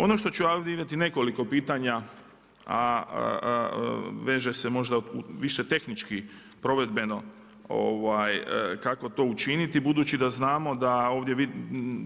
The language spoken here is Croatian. Ono što ću ja ovdje imati nekoliko pitanja, a veže se možda više tehnički provedbeno kako to učiniti budući da znamo da ovdje